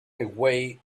away